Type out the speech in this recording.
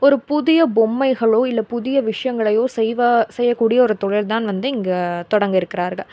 ஒரு புதிய பொம்மைகளோ இல்லை புதிய விஷயங்களையோ செய்வா செய்யக்கூடிய ஒரு தொழில் தான் வந்து இங்கே தொடங்கிருக்கறார்கள்